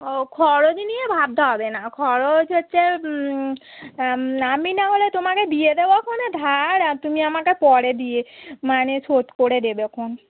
ও খরচ নিয়ে ভাবতে হবে না খরচ হচ্ছে আমি নাহলে তোমাকে দিয়ে দেবো এখুনি ধার আর তুমি আমাকে পরে দিয়ে মানে শোধ করে দেবেখন